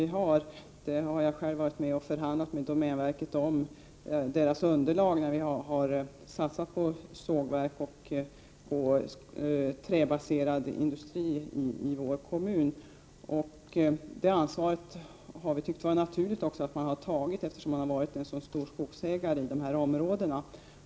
Jag har själv varit med och förhandlat med domänverket om satsningar på sågverk och träbaserad industri i vår kommun. Vi har tyckt att det har varit naturligt att domänverket har tagit det ansvaret, eftersom domänverket är en så stor skogsägare i dessa områden.